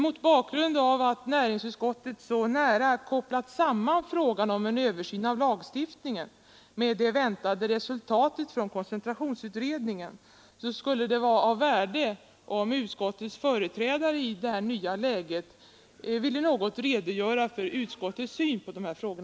Mot bakgrund av att näringsutskottet så nära kopplat samman frågan om en översyn av lagstiftningen med det väntade resultatet från koncentrationsutredningen skulle det vara av värde om utskottets företrädare i det här nya läget vill något redogöra för utskottets syn på dessa frågor.